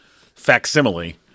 facsimile